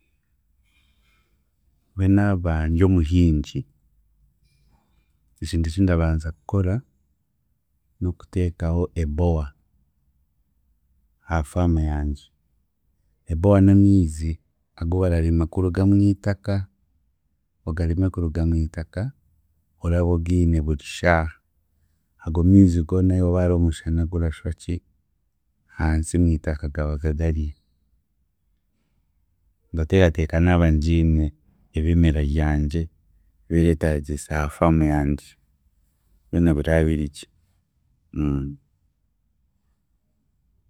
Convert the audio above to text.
Nyowe naaba ndyomuhingi, ekintu eki ndabanza kukora, n'okuteekaho a bore ha farm yangye. A bore n'amiizi agu bararima kuruga mwitaka, ogarime kuruga mwitaka, oraba ogiine buri shaaha ago miizi go n'hi wo hariho omushana gurashwaki, hansi mwitaka gabaga gariyo, ndateekateeka naaba ngiine, ebimera ryangye, ebireetaagiisa ha farm yangye, byona bira birigye